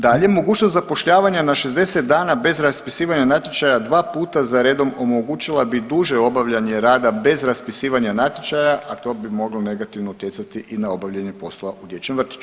Dalje, mogućnost zapošljavanja na 60 dana bez raspisivanje natječaja 2 puta za redom omogućila bi duže obavljanje rada bez raspisivanja natječaja, a to bi moglo negativno utjecati i na obavljanje poslova u dječjem vrtiću.